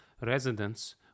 residents